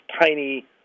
tiny